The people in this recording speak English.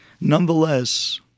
Nonetheless